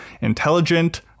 intelligent